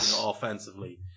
offensively